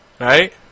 right